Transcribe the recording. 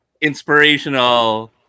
inspirational